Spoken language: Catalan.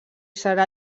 serà